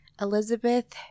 Elizabeth